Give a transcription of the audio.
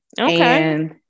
Okay